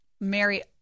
Mary